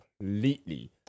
completely